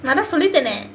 another full internet